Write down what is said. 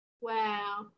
Wow